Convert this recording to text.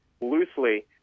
loosely